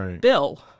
bill